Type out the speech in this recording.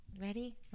Ready